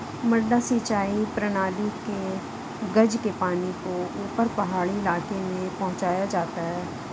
मडडा सिंचाई प्रणाली मे गज के पानी को ऊपर पहाड़ी इलाके में पहुंचाया जाता है